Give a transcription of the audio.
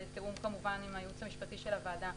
בתיאום כמובן עם הייעוץ המשפטי של הוועדה